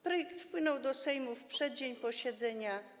Projekt wpłynął do Sejmu w przeddzień posiedzenia.